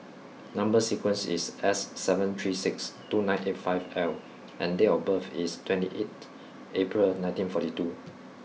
number sequence is S seven three six two nine eight five L and date of birth is twenty eighth April nineteen forty two